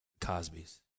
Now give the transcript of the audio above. Cosby's